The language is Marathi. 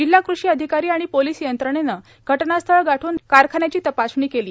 जिल्हा कृषी अधिकारी आणि पोलीस यंत्रणेने घटनास्थळ गाठून कारखान्याची तपासणी केली